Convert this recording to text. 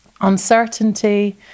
Uncertainty